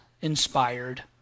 inspired